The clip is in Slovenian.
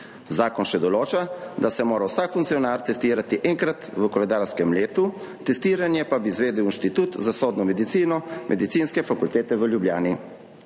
Zakon še določa, da se mora vsak funkcionar testirati enkrat v koledarskem letu, testiranje pa bi izvedel Inštitut za sodno medicino Medicinske fakultete v Ljubljani.